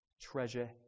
Treasure